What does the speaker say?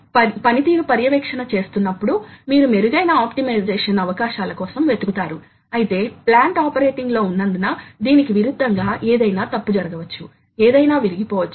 ఇది గరిష్ట పరిమాణం IO పరికరాలు మొదలైనవి వివిధ ప్రోగ్రాం పారామీటర్ లు అయితే అక్కడ పార్ట్ ప్రోగ్రామ్ యొక్క రకాలను ప్రోగ్రామ్ చేయడానికి ఉపయోగిస్తారు